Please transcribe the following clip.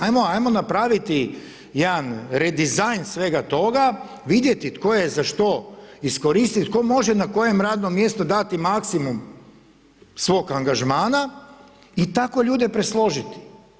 Ajmo napraviti jedan redizajn svega toga, vidjeti tko je za što iskoristiv, tko može na kojem radnom mjestu dati maksimum svog angažmana i tako ljude presložiti.